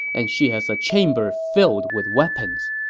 and she has a chamber filled with weapons.